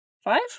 Five